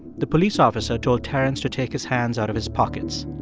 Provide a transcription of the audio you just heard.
the police officer told terence to take his hands out of his pockets.